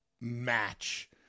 match